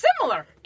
Similar